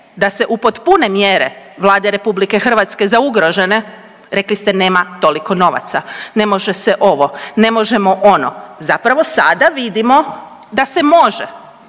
da se upotpune mjere Vlade RH za ugrožene rekli ste nema toliko novaca, ne može se ovo, ne možemo ono, zapravo sada vidimo da se može